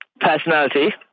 personality